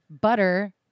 butter